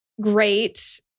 great